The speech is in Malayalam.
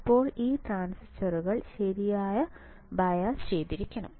ഇപ്പോൾ ഈ ട്രാൻസിസ്റ്ററുകൾ ശരിയായി ബയാസ് ചെയ്തിരിക്കണം